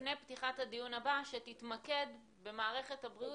לפני פתיחת הדיון הבא שתתמקד במערכת הבריאות,